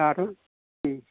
दाथ' उम